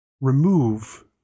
remove